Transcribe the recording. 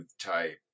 type